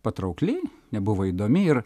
patraukli nebuvo įdomi ir